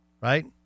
right